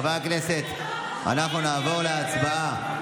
חברי הכנסת, נעבור להצבעה.